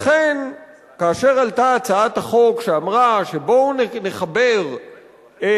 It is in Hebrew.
לכן, כאשר עלתה הצעת החוק שאמרה: בואו נחבר את